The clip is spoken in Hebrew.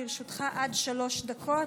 לרשותך עד שלוש דקות.